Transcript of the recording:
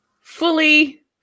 Fully